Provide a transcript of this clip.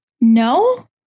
No